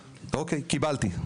אוקיי, קיבלתי.